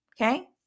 okay